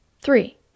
Three